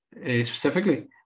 specifically